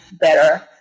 better